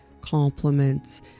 compliments